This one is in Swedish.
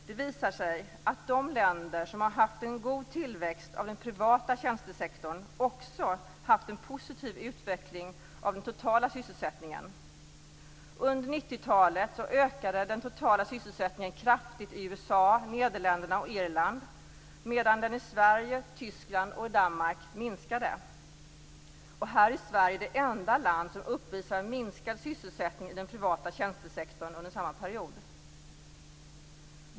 Det visar sig att de länder som haft en god tillväxt av den privata tjänstesektorn också haft en positiv utveckling av den totala sysselsättningen. Under 90-talet ökade den totala sysselsättningen kraftigt i USA, Nederländerna och Irland, medan den i Sverige, Tyskland och Danmark minskade. Och här är Sverige det enda land som uppvisar en minskad sysselsättning i den privata tjänstesektorn under samma period.